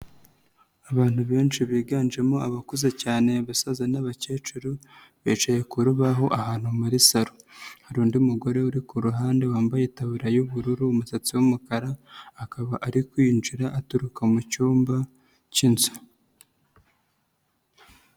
Abantu benshi biganjemo abakuze cyane abasaza n'abakecuru bicaye ku rubaho ahantu muri salo, hari undi mugore uri ku ruhande wambaye itaburiya y'ubururu, umusatsi w'umukara, akaba ari kwinjira aturuka mu cyumba k'inzu.